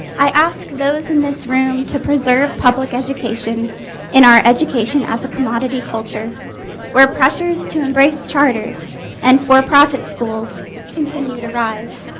i asked those in this room to preserve public education in our education as a commodity culture where pressures to embrace charters and for-profit schools continue to rise